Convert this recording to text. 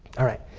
all right.